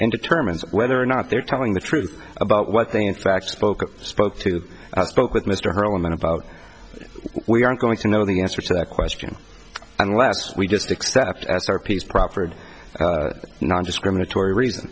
and determines whether or not they're telling the truth about what they in fact spoke spoke to i spoke with mr her a woman about we aren't going to know the answer to that question unless we just accept as our piece proffered nondiscriminatory reason